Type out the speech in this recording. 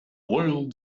world